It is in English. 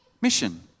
mission